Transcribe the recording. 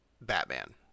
Batman